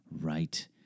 right